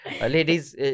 Ladies